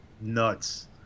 nuts